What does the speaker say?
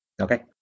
Okay